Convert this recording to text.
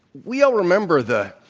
we all remember the